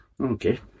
Okay